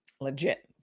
legit